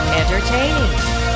entertaining